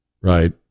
right